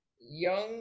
Young